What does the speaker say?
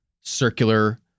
circular